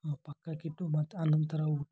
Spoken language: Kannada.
ಪಕ್ಕಕ್ಕಿಟ್ಟು ಮತ್ತೆ ಆನಂತರ ಊಟ